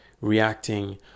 reacting